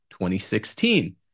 2016